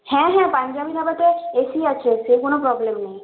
হ্যাঁ হ্যাঁ পাঞ্জাবি ধাবাতে এসি আছে সে কোন প্রবলেম নেই